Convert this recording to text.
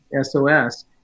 SOS